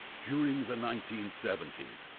during the nineteen seventy s,